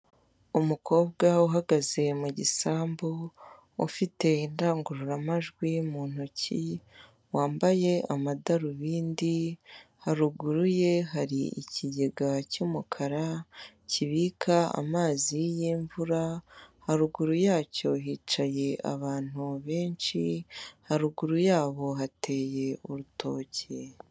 Umukobwa uhagaze mu gisambu, ufite indangururamajwi mu ntoki, wambaye amadarubindi, haruguru ye hari ikigega cy'umukara, kibika kirimo amazi y'imvura, haruguru yacyo hicaye abantu benshi, haruguru yabo hateye urutoki.